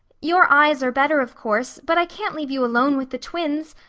your eyes are better, of course but i can't leave you alone with the twins.